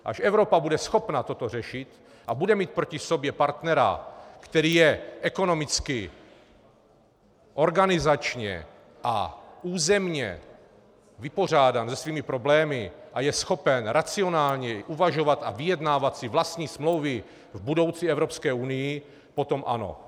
Až Evropa bude schopna toto řešit a bude mít proti sobě partnera, který je ekonomicky, organizačně a územně vypořádán se svými problémy a je schopen racionálněji uvažovat a vyjednávat si vlastní smlouvy v budoucí Evropské unii, potom ano.